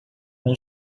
when